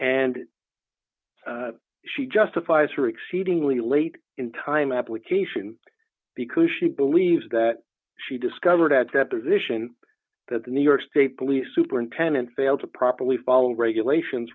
and she justifies her exceedingly late in time application because she believes that she discovered at deposition that the new york state police superintendent failed to properly follow regulations